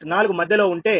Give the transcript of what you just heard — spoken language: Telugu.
4 మధ్యలో ఉంటే 𝜆0